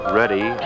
ready